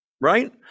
right